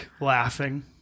laughing